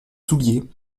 souliers